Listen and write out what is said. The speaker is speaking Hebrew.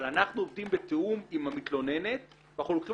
אבל אנחנו עובדים בתיאום עם המתלוננת ואנחנו לוקחים